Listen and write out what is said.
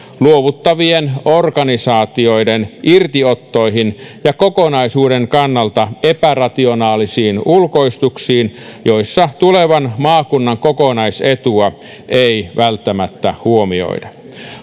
luovuttavien organisaatioiden irtiottoihin ja kokonaisuuden kannalta epärationaalisiin ulkoistuksiin joissa tulevan maakunnan kokonaisetua ei välttämättä huomioida